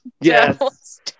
Yes